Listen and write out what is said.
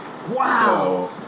Wow